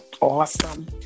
Awesome